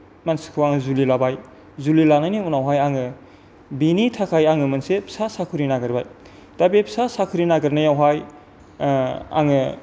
मानसिखौ आङो जुलि लाबाय जुलि लानायनि उनावहाय आङो बिनि थाखाय आङो मोनसे फिसा साख्रि नागिरबाय दा बे फिसा साख्रि नागिरनायावहाय आङो